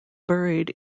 buried